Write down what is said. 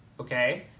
okay